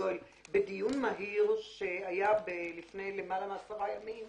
בדיון מהיר שהיה לפני למעלה מעשרה ימים